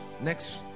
next